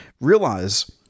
realize